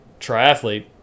triathlete